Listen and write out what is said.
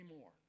more